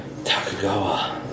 Takagawa